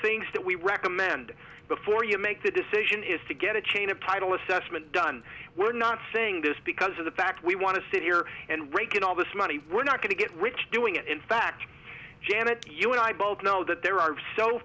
things that we recommend before you make that decision is to get a chain of title assessment done we're not saying this because of the fact we want to sit here and rake in all this money we're not going to get rich doing it in fact janet you and i both know that there are so